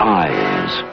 eyes